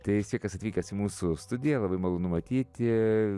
tai sveikas atvykęs į mūsų studiją labai malonu matyti